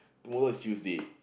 tomorrow is Tuesday